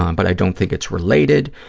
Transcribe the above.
um but i don't think it's related,